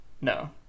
no